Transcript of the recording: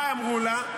מה אמרו לה?